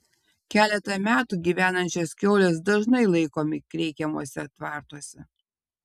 keletą metų gyvenančios kiaulės dažnai laikomi kreikiamuose tvartuose